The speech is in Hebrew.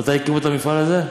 מתי הקימו את המפעל הזה?